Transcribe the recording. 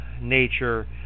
nature